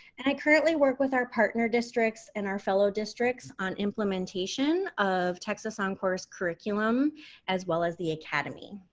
and i currently work with our partner districts and our fellow districts on implementation of texas oncourse curriculum as well as the academy.